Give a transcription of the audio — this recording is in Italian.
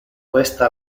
questa